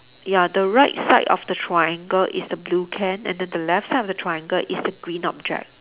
ya the right side of the triangle is the blue can and then the left side of the triangle is the green object